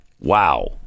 Wow